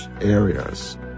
areas